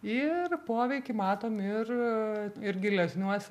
ir poveikį matom ir ir gilesniuose